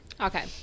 okay